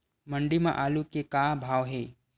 मंडी म आलू के का भाव हे?